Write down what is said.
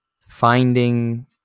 finding